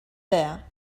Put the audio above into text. there